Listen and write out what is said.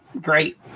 great